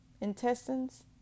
intestines